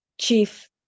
Chief